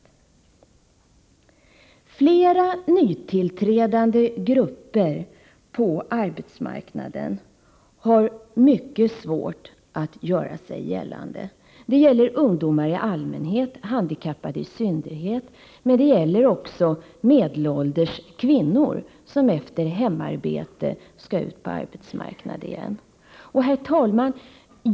Flera nytillträdande grupper på arbetsmarknaden har mycket svårt att göra sig gällande. Det gäller ungdomar i allmänhet och handikappade i synnerhet, men det gäller också medelålders kvinnor som efter hemarbete skall ut på arbetsmarknaden igen.